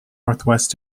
northwest